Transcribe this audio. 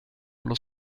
dallo